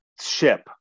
ship